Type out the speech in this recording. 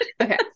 okay